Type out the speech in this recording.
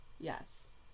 Yes